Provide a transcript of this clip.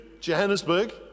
Johannesburg